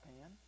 pan